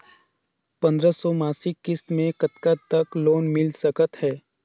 पंद्रह सौ मासिक किस्त मे कतका तक लोन मिल सकत हे?